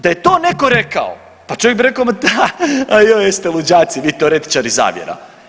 Da je to neko rekao pa čovjek bi rekao ma da a joj jeste luđaci vi teoretičari zavjera.